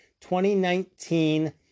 2019